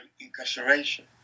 incarceration